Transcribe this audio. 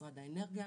משרד האנרגיה,